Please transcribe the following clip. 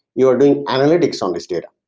you are doing analytics on this data.